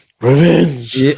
Revenge